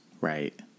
Right